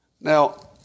Now